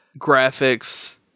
graphics